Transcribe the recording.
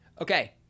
Okay